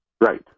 Right